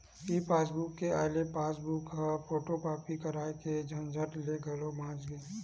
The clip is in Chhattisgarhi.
ई पासबूक के आए ले पासबूक ल फोटूकापी कराए के झंझट ले घलो बाच गे